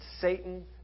Satan